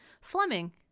Fleming